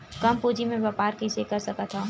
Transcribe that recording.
कम पूंजी म व्यापार कइसे कर सकत हव?